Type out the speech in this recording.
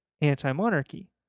anti-monarchy